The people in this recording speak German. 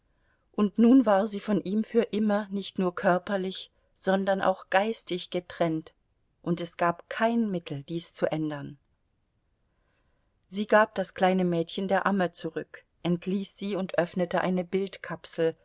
und nun war sie von ihm für immer nicht nur körperlich sondern auch geistig getrennt und es gab kein mittel dies zu ändern sie gab das kleine mädchen der amme zurück entließ sie und öffnete eine